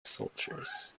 soldiers